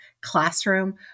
classroom